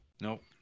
nope